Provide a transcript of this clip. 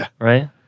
Right